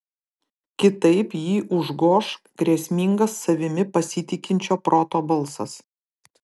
kitaip jį užgoš grėsmingas savimi pasitikinčio proto balsas